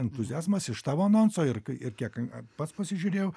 entuziazmas iš tavo anonso ir kai ir kiek pats pasižiūrėjau